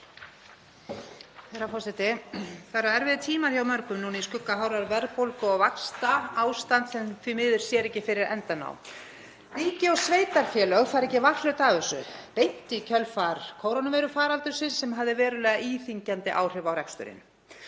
Það eru erfiðir tímar hjá mörgum í skugga hárrar verðbólgu og vaxta, ástand sem því miður sér ekki fyrir endann á. Ríki og sveitarfélög fara ekki varhluta af þessu beint í kjölfar kórónuveirufaraldursins sem hafði verulega íþyngjandi áhrif á reksturinn.